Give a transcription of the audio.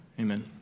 Amen